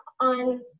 on